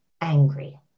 angry